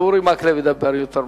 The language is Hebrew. אורי מקלב ידבר יותר מאוחר.